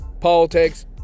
politics